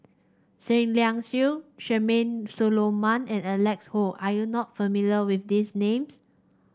Seah Liang Seah Charmaine Solomon and Alec Kuok are you not familiar with these names